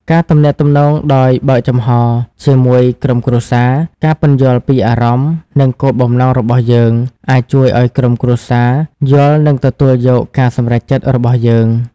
ការទំនាក់ទំនងដោយបើកចំហរជាមួយក្រុមគ្រួសារ ការពន្យល់ពីអារម្មណ៍ និងគោលបំណងរបស់យើង អាចជួយឱ្យក្រុមគ្រួសារយល់ និងទទួលយកការសម្រេចចិត្តរបស់យើង។